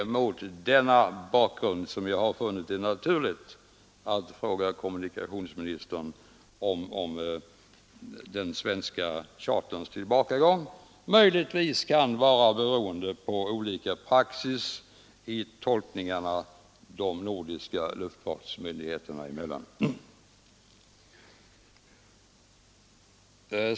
Mot den bakgrunden har jag funnit det naturligt att fråga kommunikationsministern om den svenska charterns tillbakagång möjligtvis kan bero på olika praxis i tolkningarna de nordiska luftfartsmyndigheterna emellan.